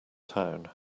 town